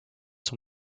son